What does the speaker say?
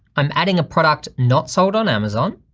i'm adding a product not sold on amazon.